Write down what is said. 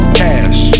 cash